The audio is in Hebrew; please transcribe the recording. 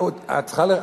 לו ללמוד באקדמיה?